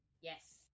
Yes